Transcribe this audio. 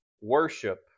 worship